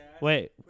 wait